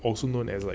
also known as like